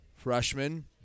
Freshman